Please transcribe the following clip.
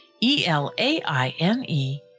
E-L-A-I-N-E